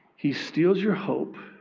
he steals your hope.